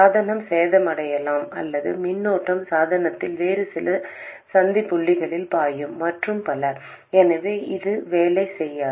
சாதனம் சேதமடையலாம் அல்லது மின்னோட்டம் சாதனத்தில் வேறு சில சந்திப்புகளில் பாயும் மற்றும் பல எனவே இது வேலை செய்யாது